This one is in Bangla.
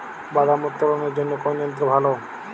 বাদাম উত্তোলনের জন্য কোন যন্ত্র ভালো?